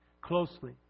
closely